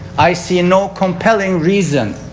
i see no compelling reason.